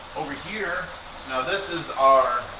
over here now this is our